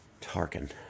Tarkin